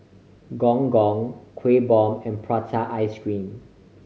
Gong Gong Kuih Bom and prata ice cream